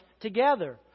together